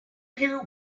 hear